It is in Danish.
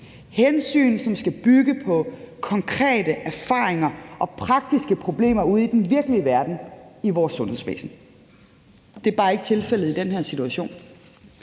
hensyn, som skal bygge på konkrete erfaringer fra praktiske problemer ude i den virkelige verden i vores sundhedsvæsen. Det er bare ikke tilfældet i den her situation.